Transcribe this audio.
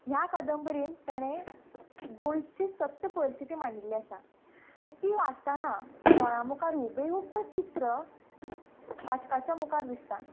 ह्या कादंबरेन तेणें गोंयची सत्य परिस्थिती मांडिल्ली आसा आनी ती वाचताना दोळ्या मुखार हुबेहूब तें चित्र वाचकाच्या मुखार दिसता